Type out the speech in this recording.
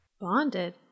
Bonded